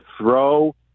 throw